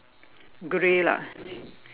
grey lah